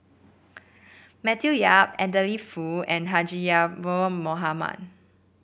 Matthew Yap Adeline Foo and Haji Ya'acob Mohamed